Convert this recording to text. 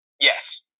Yes